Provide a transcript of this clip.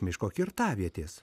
miško kirtavietės